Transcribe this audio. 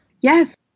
yes